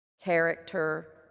character